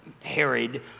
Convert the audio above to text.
harried